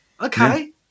Okay